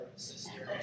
sister